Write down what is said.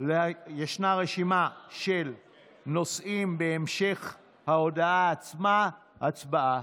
ישנה רשימה של נושאים בהמשך ההודעה עצמה, הצבעה.